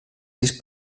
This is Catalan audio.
sis